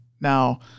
Now